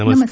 नमस्कार